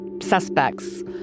suspects